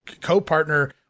co-partner